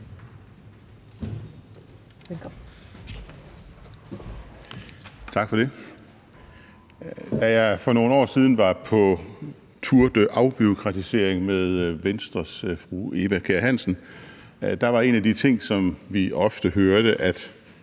Tak for det. Da jeg for nogle år siden var på tour de afbureaukratisering med Venstres fru Eva Kjer Hansen, var en af de ting, som vi ofte hørte, at